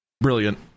Brilliant